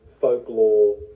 folklore